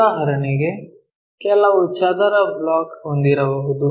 ಉದಾಹರಣೆಗೆ ಕೆಲವು ಚದರ ಬ್ಲಾಕ್ ಹೊಂದಿರಬಹುದು